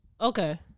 Okay